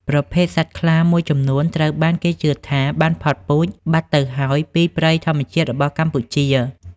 ប្រភេទសត្វខ្លាមួយចំនួនត្រូវបានគេជឿថាបានផុតពូជបាត់ទៅហើយពីព្រៃធម្មជាតិរបស់កម្ពុជា។